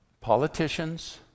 politicians